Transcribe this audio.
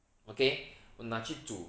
okay 我拿去煮